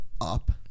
up